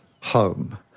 home